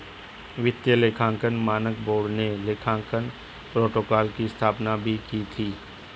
वित्तीय लेखांकन मानक बोर्ड ने लेखांकन प्रोटोकॉल की स्थापना भी की थी